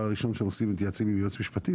ראשון שהם עושים הם מתייעצים עם יועץ משפטי?